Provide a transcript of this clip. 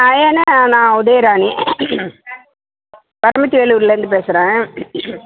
ஏன்னா நான் உதயராணி பரமத்தி வேலூருலருந்து பேசுறேன்